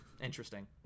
Interesting